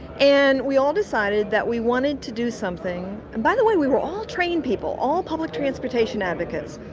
and we all decided that we wanted to do something, and by the way, we were all train people, all public transportation advocates.